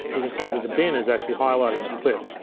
you can see that the bin is actually highlighting the clip.